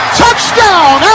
touchdown